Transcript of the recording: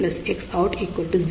அதாவது XL Xout